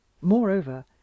Moreover